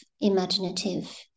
imaginative